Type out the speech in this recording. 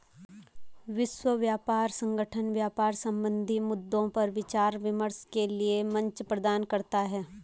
विश्व व्यापार संगठन व्यापार संबंधी मद्दों पर विचार विमर्श के लिये मंच प्रदान करता है